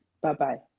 Bye-bye